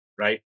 right